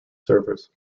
servers